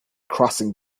crossing